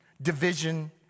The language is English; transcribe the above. division